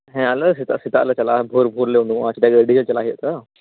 ᱦᱮᱸ ᱟᱞᱮ ᱥᱮᱛᱟᱜ ᱥᱮᱛᱟᱜ ᱞᱮ ᱪᱟᱞᱟᱜᱼᱟ ᱵᱷᱳᱨ ᱵᱷᱳᱨ ᱞᱮ ᱳᱰᱳᱜᱚᱜᱼᱟ ᱪᱮᱫᱟᱜ ᱥᱮ ᱟᱹᱰᱤ ᱡᱷᱟᱹᱞ ᱪᱟᱞᱟᱜ ᱦᱩᱭᱩᱜᱼᱟ ᱛᱚ